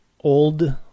old